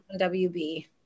wb